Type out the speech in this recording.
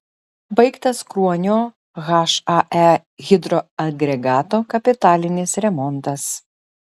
baigtas kruonio hae hidroagregato kapitalinis remontas